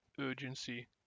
urgency